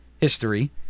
history